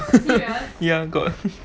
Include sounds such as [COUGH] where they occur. [LAUGHS] ya got